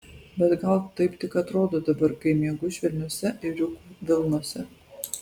bet gal taip tik atrodo dabar kai miegu švelniose ėriukų vilnose